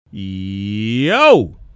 yo